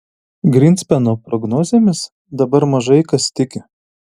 grynspeno prognozėmis dabar mažai kas tiki